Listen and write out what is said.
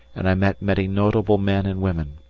and i met many notable men and women.